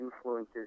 influences